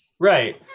Right